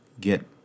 get